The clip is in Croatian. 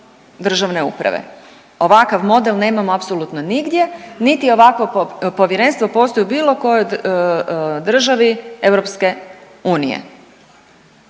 državne uprave. Ovakav model nemamo apsolutno nigdje, niti ovakvo povjerenstvo postoji u bilo kojoj državi EU.